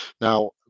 now